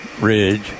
Ridge